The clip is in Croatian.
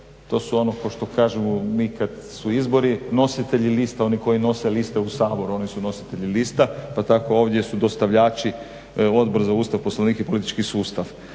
To su ono ko što kažemo mi kad su izbori nositelji lista oni koji nose liste u Sabor oni su nositelji lista, pa tako ovdje su dostavljači Odbor za Ustav, Poslovnik i politički sustav.